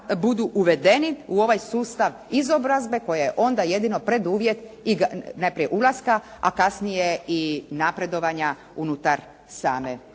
budu uvedeni u ovaj sustav izobrazbe kojoj je onda jedino preduvjet najprije ulaska, a kasnije i napredovanja unutar same